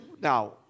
Now